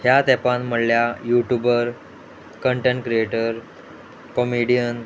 ह्या तेपान म्हणल्यार YouTuber content creator comedian